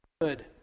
good